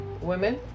women